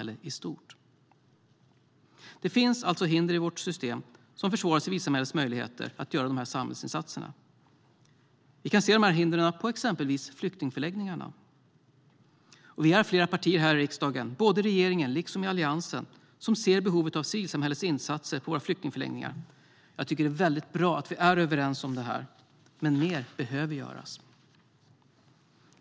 Det finns alltså hinder i vårt system som försvårar civilsamhällets möjligheter att göra dessa samhällsinsatser. Vi kan se de här hindren på exempelvis flyktingförläggningarna. Vi är flera partier här i riksdagen, både i regeringen och i Alliansen, som ser behovet av civilsamhällets insatser på våra flyktingförläggningar. Det är bra att vi är överens om det. Men mer behöver göras.